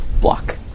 block